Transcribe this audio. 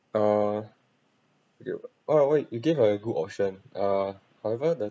uh you all the way you gave a good option uh however the